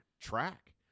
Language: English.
track